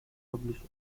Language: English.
publish